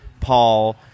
Paul